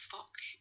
fuck